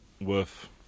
worth